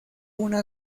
una